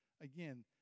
Again